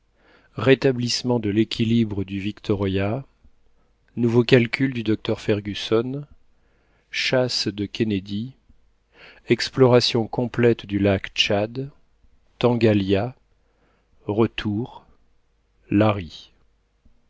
rétablissement de léquilibre du victoria nouveaux calculs du docteur fergusson chasse de kennedy exploration complète du lac tchad tangalia retour